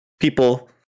people